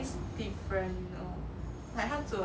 他煮的蛮好吃啊 you know like those instant noodles